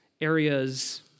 areas